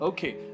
Okay